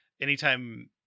anytime